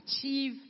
achieve